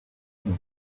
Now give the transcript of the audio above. couch